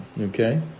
okay